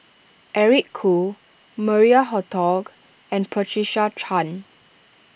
Eric Khoo Maria Hertogh and Patricia Chan